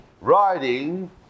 riding